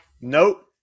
nope